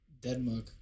Denmark